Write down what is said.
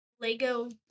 Lego